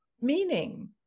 meaning